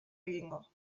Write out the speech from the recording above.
egingo